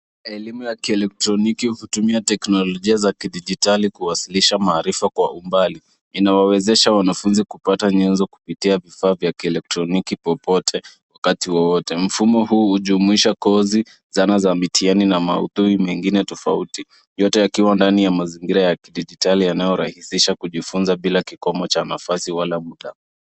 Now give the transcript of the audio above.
Elimu ya kielektroniki hutumia teknolojia za kidijitali kuwasilisha maarifa kwa umbali. Inawawezesha wanafunzi kupata nyenzo kupitia vifaa vya kielektroniki popote, wakati wowote. Mfumo huu hujumuisha kozi sana za mitihani na maudhui mengine tofauti, yote yakiwa ndani ya mazingira ya kidijitali yanayorahisisha kujifunza bila kikomo cha nafasi wala muda.